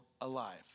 alive